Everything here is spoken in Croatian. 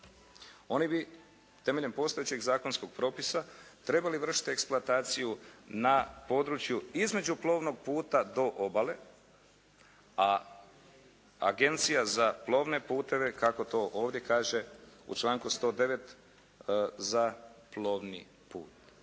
oni bi temeljem postojećeg zakonskog propisa trebali vršiti eksploataciju na području između plovnog puta do obale. A Agencija za plovne puteve kako to ovdje kaže u članku 109. za plovni put.